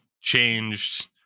changed